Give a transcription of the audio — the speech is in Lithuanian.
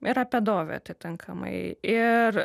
ir apie dovį atitinkamai ir